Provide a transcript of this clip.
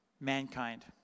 mankind